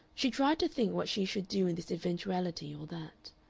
she tried to think what she should do in this eventuality or that.